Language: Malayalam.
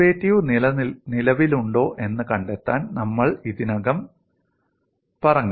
ഡെറിവേറ്റീവ് നിലവിലുണ്ടോ എന്ന് കണ്ടെത്താൻ നമ്മൾ ഇതിനകം പറഞ്ഞു